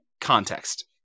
context